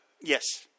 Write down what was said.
Yes